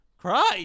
Christ